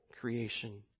creation